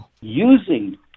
using